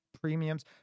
premiums